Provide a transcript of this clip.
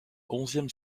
onzième